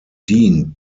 dient